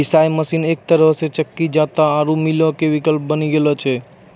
पिशाय मशीन एक तरहो से चक्की जांता आरु मीलो के विकल्प बनी गेलो छै